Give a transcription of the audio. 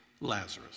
Lazarus